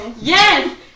Yes